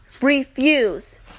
Refuse